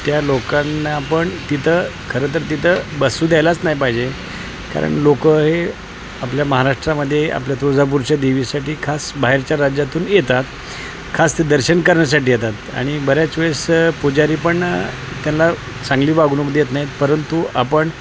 त्या लोकांना पण तिथं खरंं तर तिथं बसू द्यायलाच नाही पाहिजे कारण लोक हे आपल्या महाराष्ट्रामध्ये आपल्या तुळजापूरच्या देवीसाठी खास बाहेरच्या राज्यातून येतात खास ते दर्शन करण्यासाठी येतात आणि बऱ्याच वेळेस पुजारी पण त्यांना चांगली वागणूक देत नाहीत परंतु आपण